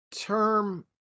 term